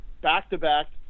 back-to-back